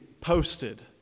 posted